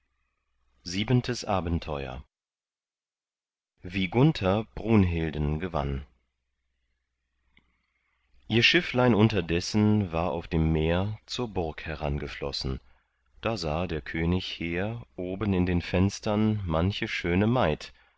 siebentes abenteuer wie gunther brunhilden gewann ihr schifflein unterdessen war auf dem meer zur burg herangeflossen da sah der könig hehr oben in den fenstern manche schöne maid